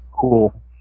cool